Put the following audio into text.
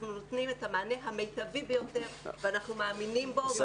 אנחנו נותנים את המענה המיטבי ביותר ואנחנו מאמינים בו ---.